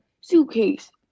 suitcase